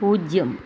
പൂജ്യം